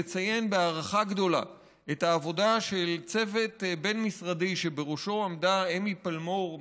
לציין בהערכה גדולה את העבודה של צוות בין-משרדי שבראשו עמדה אמי פלמור,